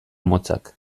motzak